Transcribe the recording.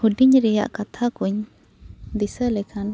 ᱦᱩᱰᱤᱧ ᱨᱮᱭᱟᱜ ᱠᱟᱛᱷᱟ ᱠᱩᱧ ᱫᱤᱥᱟᱹ ᱞᱮᱠᱷᱟᱱ